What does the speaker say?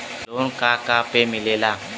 Loan का का पे मिलेला?